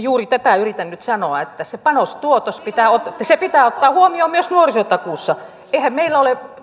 juuri tätä yritän nyt sanoa että se panos tuotos pitää ottaa huomioon myös nuorisotakuussa